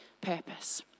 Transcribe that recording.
purpose